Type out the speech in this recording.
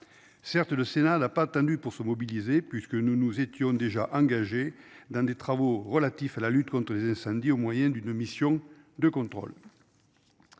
Certes le Sénat n'a pas attendu pour se mobiliser puisque nous nous étions déjà engagés dans des travaux relatifs à la lutte contre les incendies au moyen d'une mission de contrôle.